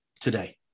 today